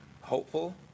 hopeful